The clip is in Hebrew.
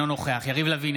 אינו נוכח יריב לוין,